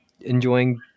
enjoying